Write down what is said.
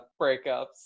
breakups